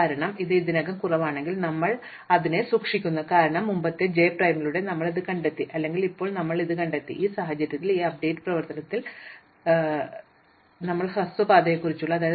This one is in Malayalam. കാരണം ഇത് ഇതിനകം കുറവാണെങ്കിൽ ഞങ്ങൾ അത് അങ്ങനെ തന്നെ സൂക്ഷിക്കുന്നു കാരണം മുമ്പത്തെ ജെ പ്രൈമിലൂടെ ഞങ്ങൾ ഇത് കണ്ടെത്തി അല്ലെങ്കിൽ ഇപ്പോൾ ഞങ്ങൾ ഇത് കണ്ടെത്തി ഈ സാഹചര്യത്തിൽ ഈ അപ്ഡേറ്റ് പ്രവർത്തനത്തിൽ ഞങ്ങൾ ഇത് അപ്ഡേറ്റുചെയ്തു